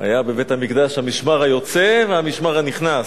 היה בבית-המקדש המשמר היוצא והמשמר הנכנס,